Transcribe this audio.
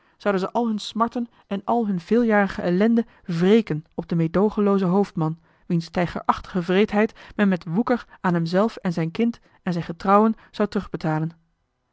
zouden zij al hun smarten en al hun veeljarige ellende wreken op den meedoogeloozen hoofdman wiens tijgerachtige wreedheid men met woeker aan hemzelf en zijn kind en zijn getrouwen zou terugbetalen